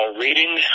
reading